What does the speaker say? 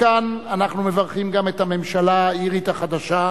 מכאן אנחנו מברכים גם את הממשלה האירית החדשה,